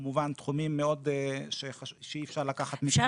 כמובן תחומים שאי אפשר לקחת --- אפשר